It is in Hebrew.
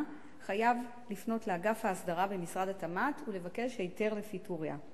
חייב לפנות אל אגף ההסדרה במשרד התמ"ת ולבקש היתר לפיטוריה.